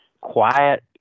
quiet